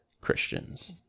Christians